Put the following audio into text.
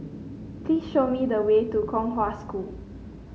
please show me the way to Kong Hwa School